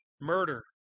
murder